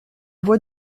voix